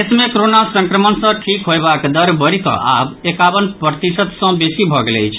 देश मे कोरोना संक्रमण सँ ठीक होयबाक दर बढ़ि कऽ आब एकावन प्रतिशत सँ बेसी भऽ गेल अछि